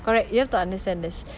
correct you have to understand there's